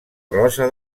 rosa